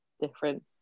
different